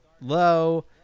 low